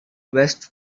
west